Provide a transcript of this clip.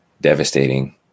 devastating